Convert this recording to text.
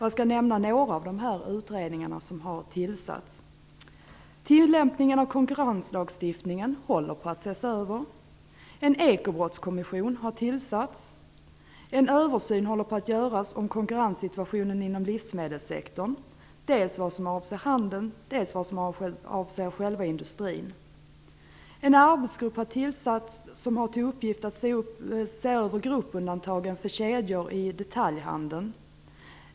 Jag skall nämna några av de utredningar som har tillsatts. Tillämpningen av konkurrenslagstiftningen håller på att ses över. En ekobrottskommission har tillsatts. En översyn görs av konkurrenssituationen inom livsmedelssektorn, dels vad avser handeln, dels vad avser själva industrin. En arbetsgrupp har tillsatts som har till uppgift att se över gruppundantagen för kedjor i detaljhandeln.